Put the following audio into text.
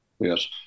Yes